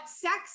sex